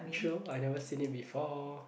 chill I never seen it before